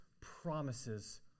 promises